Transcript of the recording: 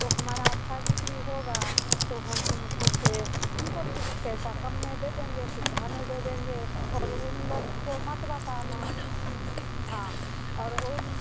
तो हमारा अच्छा बिक्री होगा तो हम तुमको फिर तुमको कुछ पैसा कम में दे देंगे सुविधा में दे देंगे और उन लोग को मत बताना हाँ और ओह